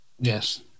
Yes